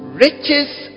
Riches